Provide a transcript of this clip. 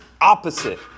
opposite